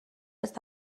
است